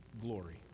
glory